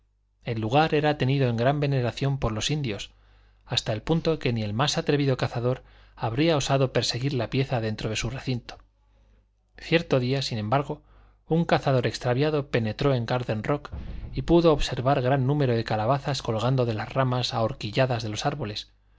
el lugar era tenido en gran veneración por los indios hasta el punto que ni el más atrevido cazador habría osado perseguir la pieza dentro de su recinto cierto día sin embargo un cazador extraviado penetró en garden rock y pudo observar gran número de calabazas colgando de las ramas ahorquilladas de los árboles